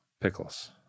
pickles